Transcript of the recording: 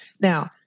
Now